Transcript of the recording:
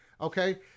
Okay